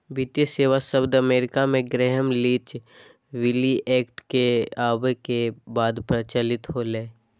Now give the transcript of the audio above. वित्तीय सेवा शब्द अमेरिका मे ग्रैहम लीच बिली एक्ट के आवे के बाद प्रचलित होलय